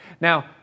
Now